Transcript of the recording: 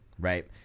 right